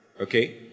Okay